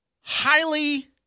highly